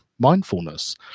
mindfulness